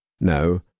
No